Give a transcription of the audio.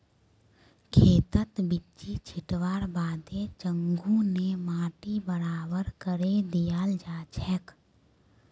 खेतत बिच्ची छिटवार बादे चंघू ने माटी बराबर करे दियाल जाछेक